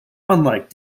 unlike